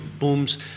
Booms